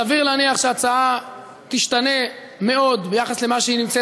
סביר להניח שההצעה תשתנה מאוד ביחס למה שנמצא